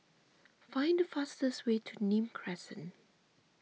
find the fastest way to Nim Crescent